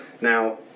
Now